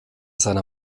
seiner